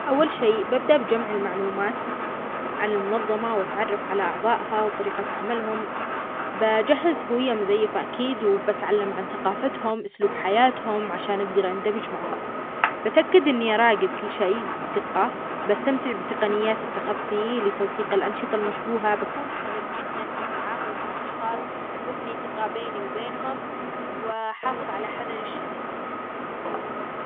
أول شيء ببدأ بجمع المعلومات عن المنظمة وأتعرف على أعظائها وطريقة عملهم، بجهز هوية مزيفة أكيد، وبتعلم عن ثقافتهم، أسلوب حياتهم عشان أقدر أندمج معهم ،بتأكد أني أراقب كل شيء بدقة، بستنتج بتقنيات التخفي لتوثيق الانشطة المشبوهة، بكون حذر جدا في التعامل مع الأشخاص وأبني ثقة بيني وبينهم، وحافظ على الحذر الشديد.